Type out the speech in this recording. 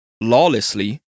lawlessly